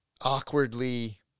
Awkwardly